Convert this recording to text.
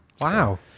wow